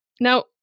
Now